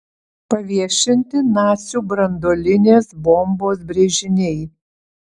paviešinti nacių branduolinės bombos brėžiniai